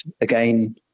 again